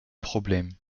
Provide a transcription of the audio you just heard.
problème